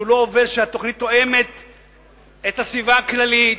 שהתוכנית תואמת את הסביבה הכללית,